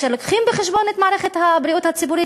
כאשר מביאים בחשבון את מערכת הבריאות הציבורית